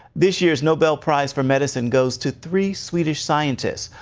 this year's nobel prize for medicine goes to three swedish scientists.